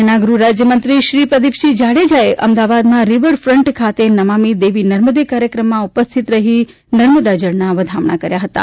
રાજ્યના ગૃહરાજ્યમંત્રી શ્રી પ્રદીપસિંહ જાડેજાએ અમદાવાદમાં રિવરફન્ટ ખાતે નમામી દેવી નર્મદે કાર્યક્રમમાં ઉપસ્થિત રહીને નર્મદા જળના વધામણા કર્યા હતાં